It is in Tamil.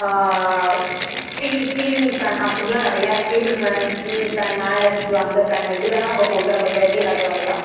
சீலிங் ஃபேன் அப்படிலாம் நிறையா டேபிள் ஃபேன் ஃபீலிங் ஃபேன் மேலே சுத்தும் அந்த ஃபேன் எது வேணாலும் நம்ம போட்டு நம்ம செயற்கை காற்று வாங்கிக்கிலாம்